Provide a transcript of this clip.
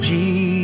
Jesus